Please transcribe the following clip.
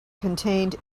contained